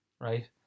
right